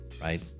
right